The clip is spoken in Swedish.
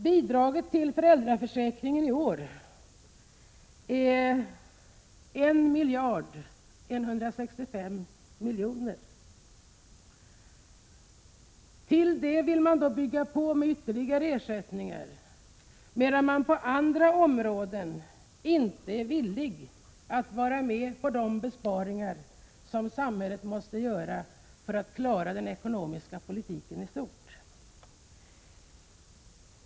Bidragen till föräldraförsäkringen i år är 1 165 milj.kr. Det vill man bygga på med ytterligare ersättningar, medan man på andra områden inte är villig att vara med på de besparingar som samhället måste göra för att klara den ekonomiska politiken i stort.